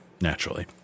Naturally